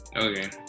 okay